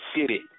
city